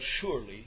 surely